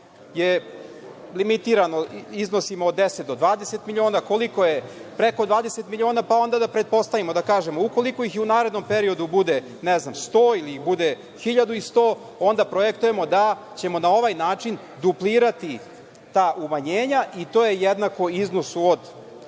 je limitirano iznosima od 10 do 20 miliona, koliko je preko 20 miliona, pa onda da pretpostavimo i da kažemo ukoliko ih i u narednom periodu bude 100 ili 1.100, onda projektujemo da ćemo na ovaj način duplirati ta umanjenja i to je jednako iznosu od